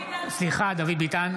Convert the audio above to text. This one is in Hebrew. (קורא בשמות חברי הכנסת) דוד ביטן,